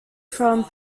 from